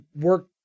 work